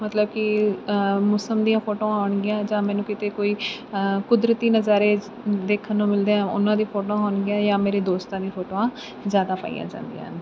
ਮਤਲਬ ਕਿ ਮੌਸਮ ਦੀਆਂ ਫੋਟੋਆਂ ਆਉਣਗੀਆਂ ਜਾਂ ਮੈਨੂੰ ਕਿਤੇ ਕੋਈ ਕੁਦਰਤੀ ਨਜ਼ਾਰੇ ਦੇਖਣ ਨੂੰ ਮਿਲਦੇ ਆ ਉਹਨਾਂ ਦੀ ਫੋਟੋ ਹੋਣਗੀਆਂ ਜਾਂ ਮੇਰੇ ਦੋਸਤਾਂ ਦੀ ਫੋਟੋਆਂ ਜ਼ਿਆਦਾ ਪਾਈਆਂ ਜਾਂਦੀਆਂ